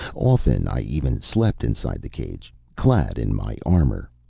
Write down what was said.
often i even slept inside the cage, clad in my armor.